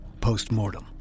Postmortem